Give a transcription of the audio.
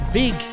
big